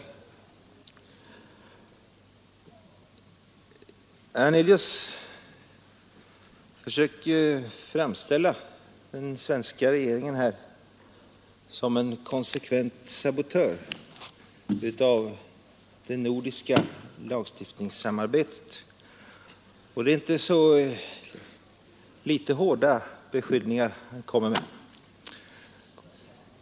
Herr Hernelius försökte framställa den svenska regeringen som en konsekvent sabotör av det nordiska lagstiftningssamarbetet, och det var inte så litet hårda beskyllningar han framförde.